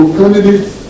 candidates